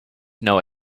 know